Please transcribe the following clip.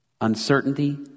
uncertainty